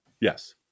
Yes